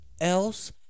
else